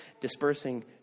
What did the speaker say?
dispersing